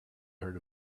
heard